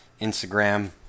Instagram